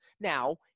Now